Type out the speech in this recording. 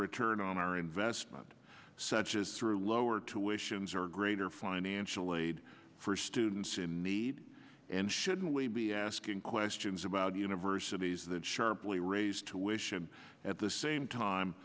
return on our investment such as through lower tuitions or greater financial aid for students in need and shouldn't we be asking questions about universities that sharply raise tuition at the same time